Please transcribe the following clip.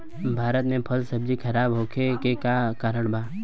भारत में फल सब्जी खराब होखे के का कारण बा?